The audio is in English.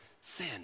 sin